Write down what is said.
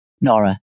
Nora